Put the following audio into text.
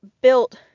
built